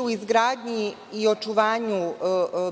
u izgradnji i očuvanju